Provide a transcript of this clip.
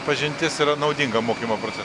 pažintis yra naudinga mokymo procese